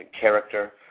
character